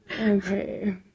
okay